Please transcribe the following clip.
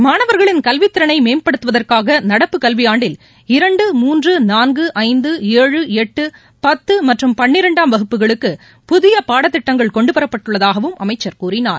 மாணவர்களின் கல்வித் திறனை மேம்படுத்துவதற்னக நடப்பு கல்வியாண்டில் இரண்டு மூன்று நான்கு ஐந்து ஏழு எட்டு பத்து மற்றம் பள்ளிரெண்டாம் வகுப்புகளுக்கு புதிய பாடத்திட்டங்கள் கொண்டுவரப் பட்டுள்ளதாகவும் அமைச்சர் கூறினார்